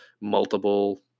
multiple